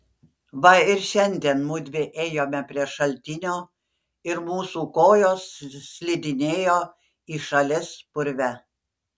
va ir šiandien mudvi ėjome prie šaltinio ir mūsų kojos slidinėjo į šalis purve